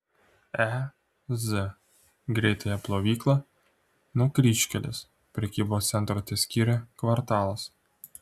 e z greitąją plovyklą nuo kryžkelės prekybos centro teskyrė kvartalas